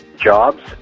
jobs